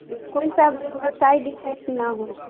کوئی سا بھی ہو بس سائڈ افیکٹ نہ ہو